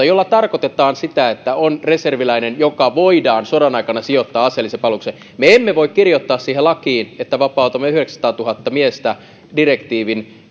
millä tarkoitetaan sitä että on reserviläinen joka voidaan sodan aikana sijoittaa aseelliseen palvelukseen me emme voi kirjoittaa lakiin että vapautamme yhdeksänsataatuhatta miestä direktiivin